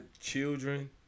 children